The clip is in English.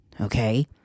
okay